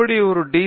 எப்படி ஒரு டி